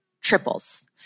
triples